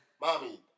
mommy